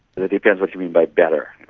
it depends what you mean by better.